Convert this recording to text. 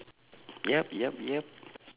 yup yup yup